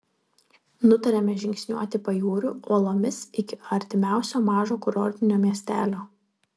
nutarėme žingsniuoti pajūriu uolomis iki artimiausio mažo kurortinio miestelio